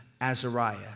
Azariah